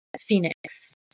Phoenix